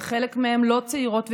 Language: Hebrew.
וחלק מהם לא צעירות וצעירים.